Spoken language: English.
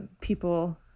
people